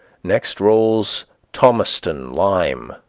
next rolls thomaston lime,